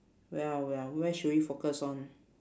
well well where should we focus on